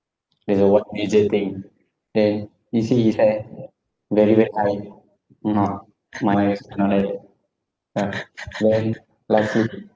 that's the one major thing then you see his hair very yeah then